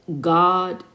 God